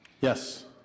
Yes